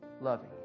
loving